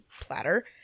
platter